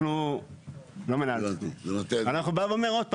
אני בא ואומר עוד פעם.